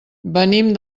venim